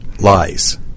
lies